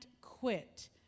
quit